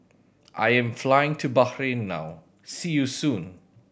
I am flying to Bahrain now see you soon